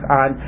on